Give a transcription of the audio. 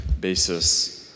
basis